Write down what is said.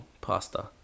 pasta